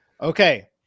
Okay